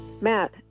Matt